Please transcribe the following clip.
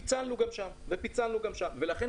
בנושא